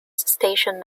station